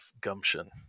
gumption